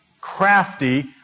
crafty